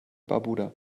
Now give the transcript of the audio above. barbuda